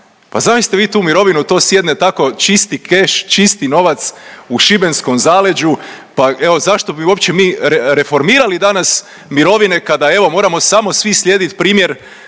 Pa zamislite vi tu mirovinu, to sjedne tako čisti keš, čisti novac u šibenskom zaleđu, pa evo zašto bi uopće mi reformirali danas mirovine kada evo moramo samo svi slijedit primjer